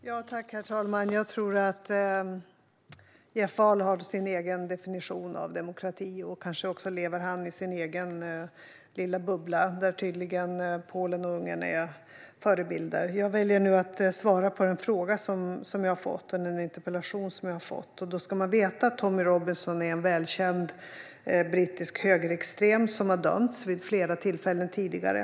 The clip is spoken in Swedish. Herr talman! Jag tror att Jeff Ahl har en egen definition av demokrati. Kanske lever han också i sin egen lilla bubbla, där Polen och Ungern tydligen är förebilder. Jag väljer nu att svara på den interpellation som jag har fått. Man ska veta att Tommy Robinson är en välkänd brittisk högerextrem som dömts vid flera tillfällen tidigare.